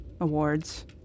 awards